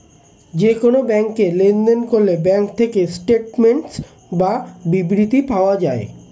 যে কোন ব্যাংকে লেনদেন করলে ব্যাঙ্ক থেকে স্টেটমেন্টস বা বিবৃতি পাওয়া যায়